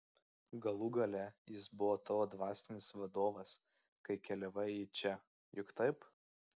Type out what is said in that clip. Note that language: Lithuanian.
galų gale jis buvo tavo dvasinis vadovas kai keliavai į čia juk taip